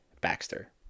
Baxter